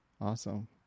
Awesome